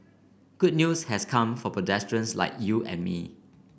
good news has come for pedestrians like you and me